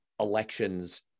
elections